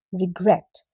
regret